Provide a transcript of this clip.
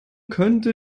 könnte